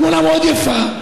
תמונה מאוד יפה,